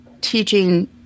teaching